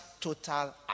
total